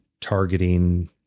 targeting